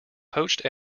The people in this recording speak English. poached